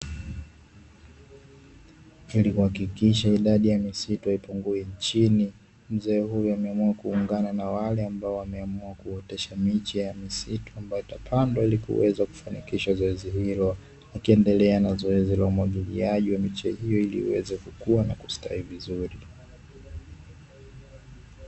Ili kuhakikisha idadi ya misitu haipungii nchini mzee huyu ameamua kuungana na wale ambao wameamua kuotesha miche ya misitu ambayo itapandwa ili kuweza kufanikisha zoezi hilo, akiendelea na zoezi la umwagiliaji wa miche hiyo ili iweze kukua na kustawi vizuri.